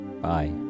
Bye